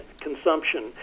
consumption